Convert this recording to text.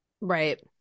Right